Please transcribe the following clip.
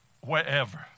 Wherever